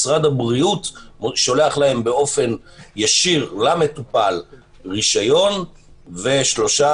משרד הבריאות שולח באופן ישיר למטופל רישיון ושלושה